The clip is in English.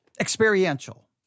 Experiential